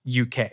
UK